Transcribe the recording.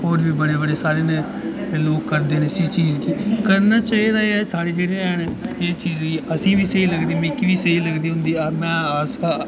ते होर बी बड़े बड़े सारे लोक करदे इस चीज़ गी करना चाहिदा साढ़े जेह्ड़े हैन एह् चीज़ असेंगी बी स्हेई लगदी ते मिगी बी स्हेई लगदी में अस